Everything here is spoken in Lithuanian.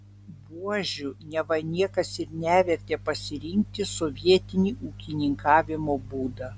buožių neva niekas ir nevertė pasirinkti sovietini ūkininkavimo būdą